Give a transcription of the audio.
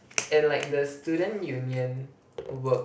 and like the student union work